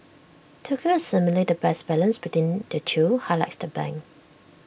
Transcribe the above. Tokyo is seemingly the best balance between the two highlights the bank